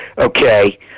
okay